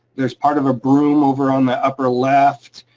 there's part of a broom over on the upper left,